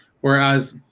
whereas